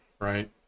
right